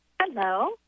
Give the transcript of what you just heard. Hello